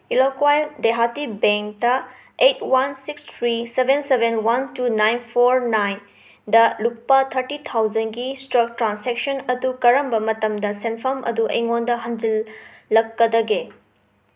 ꯑꯦꯜꯂꯀ꯭ꯋꯥꯏ ꯗꯦꯍꯥꯇꯤ ꯕꯦꯡꯇ eight one six three seven seven one two nine four ꯅꯥꯏꯟꯗ ꯂꯨꯄꯥ ꯊꯔꯇꯤ ꯊꯥꯎꯖꯟꯒꯤ ꯁ꯭ꯇ꯭ꯔꯛ ꯇ꯭ꯔꯥꯟꯁꯦꯛꯁꯟ ꯑꯗꯨ ꯀꯔꯝꯕ ꯃꯇꯝꯗ ꯁꯦꯟꯐꯝ ꯑꯗꯨ ꯑꯩꯉꯣꯟꯗ ꯍꯟꯖꯤꯜꯂꯛꯀꯗꯒꯦ